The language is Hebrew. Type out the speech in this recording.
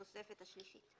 בתוספת השלישית,